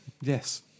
yes